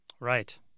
Right